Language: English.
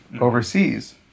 overseas